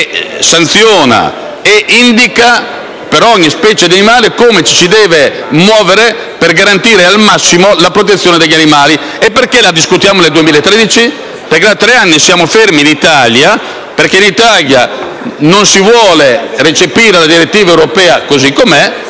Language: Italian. sanziona e indica, per ogni specie, come ci si deve muovere per garantire al massimo la protezione degli animali. Perché la discutiamo solo nel 2013? Perché da tre anni siamo fermi, in quanto in Italia non si vuole recepire la direttiva europea così com'è,